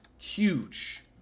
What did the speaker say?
huge